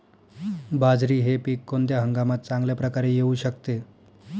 बाजरी हे पीक कोणत्या हंगामात चांगल्या प्रकारे येऊ शकते?